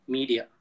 Media